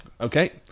okay